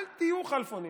אל תהיו כלפונים.